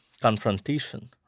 confrontation